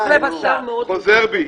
אני חוזר בי.